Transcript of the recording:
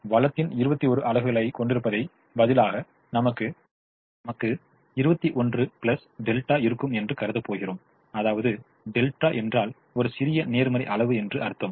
வளத்தின் 21 அலகுகளைக் கொண்டிருப்பதற்குப் பதிலாக நமக்கு 21 δ இருக்கும் என்று கருதப் போகிறோம் அதாவது δ என்றால் ஒரு சிறிய நேர்மறை அளவு என்று அர்த்தம்